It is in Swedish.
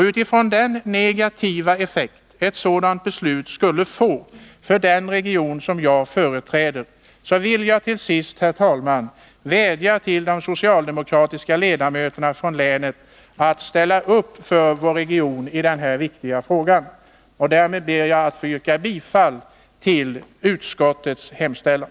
Utifrån den negativa effekt ett sådant beslut skulle få för den region jag företräder vill jag till sist, herr talman, vädja till de socialdemokratiska ledamöterna från länet att ställa upp för vår region i denna viktiga fråga. Därmed ber jag att få yrka bifall till utskottets hemställan.